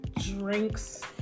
drinks